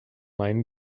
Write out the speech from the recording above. main